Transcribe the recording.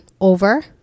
over